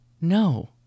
no